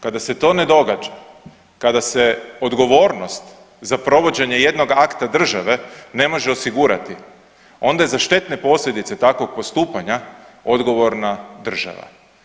Kada se to ne događa, kada se odgovornost za provođenje jednog akta države ne može osigurati onda za štetne posljedice takvog postupanja odgovorna država.